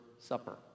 Supper